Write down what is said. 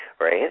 right